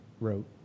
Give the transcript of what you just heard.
wrote